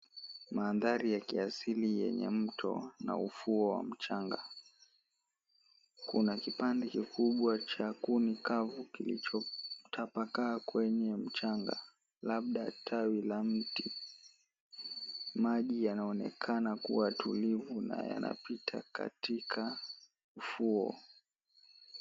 Mandhari ya kiasili yenye mto na ufuo wa mchanga. Kuna kipande kikubwa cha kuni kavu kilichotapakaa kwenye mchanga, labda tawi la mti. Maji yanaonekana kuwa tulivu na yanapita katika fuo.